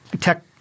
Tech